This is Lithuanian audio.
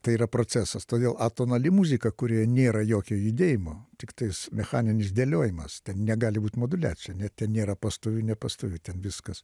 tai yra procesas todėl atonali muzika kurioje nėra jokio judėjimo tiktais mechaninis dėliojimas negali būt moduliacija ne ten nėra pastovi nepastovi ten viskas